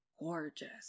gorgeous